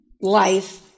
life